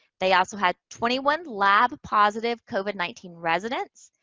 they also had twenty one lab positive covid nineteen residents,